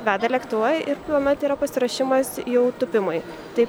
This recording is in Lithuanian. veda lėktuvą ir tuomet yra pasiruošimas jau tūpimui tai